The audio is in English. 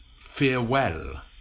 farewell